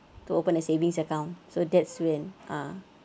to open a savings account so that's when ah